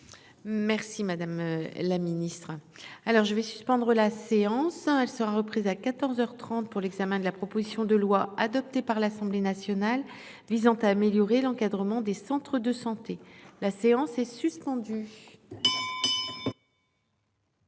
Merci madame la ministre. Alors je vais suspendre la séance. Elle sera reprise à 14h 30 pour l'examen de la proposition de loi adoptée par l'Assemblée nationale visant à améliorer l'encadrement des centres de santé. La séance est suspendue.